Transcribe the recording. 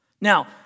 Now